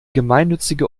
gemeinnützige